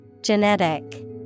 Genetic